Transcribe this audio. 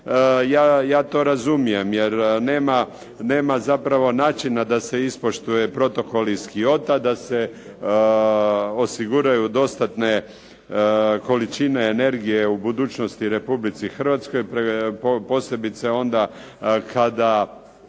Ja to razumijem, jer nema zapravo načina da se ispoštuje protokol iz Kyota, da se osiguraju dostatne količine energije u budućnosti u Republici Hrvatskoj, posebice onda kada